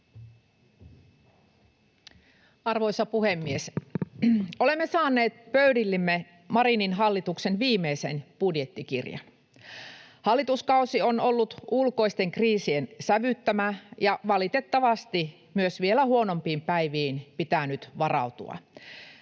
Arvoisa puhemies! Olemme saaneet pöydillemme Marinin hallituksen viimeisen budjettikirjan. Hallituskausi on ollut ulkoisten kriisien sävyttämä, ja valitettavasti myös vielä huonompiin päiviin pitää nyt varautua.